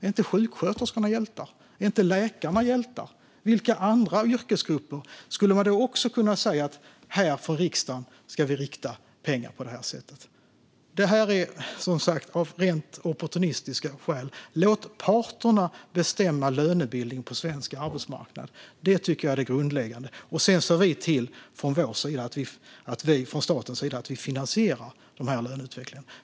Är inte sjuksköterskorna hjältar? Är inte läkarna hjältar? Vilka andra yrkesgrupper skulle man också kunna säga att riksdagen ska rikta pengar till på detta sätt? Detta gör ni, som sagt, av rent opportunistiska skäl. Låt parterna bestämma om lönebildningen på svensk arbetsmarknad. Det tycker jag är det grundläggande. Sedan ser vi till från vår sida att staten finansierar denna löneutveckling.